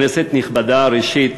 כנסת נכבדה, ראשית,